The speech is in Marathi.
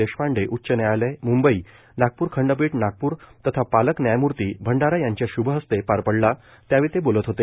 देशपांडे उच्च न्यायालय म्ंबई नागपूर खंडपीठ नागपूर तथा पालक न्यायमूर्ती भंडारा यांचे श्भहस्ते पार पडला त्यावेळी ते बोलत होते